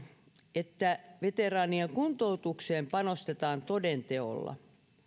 että veteraanien kuntoutukseen panostetaan toden teolla